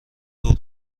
دور